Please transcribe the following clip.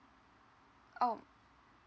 oh